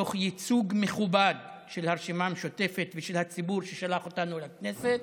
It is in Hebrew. תוך ייצוג מכובד של הרשימה המשותפת ושל הציבור ששלח אותנו לכנסת,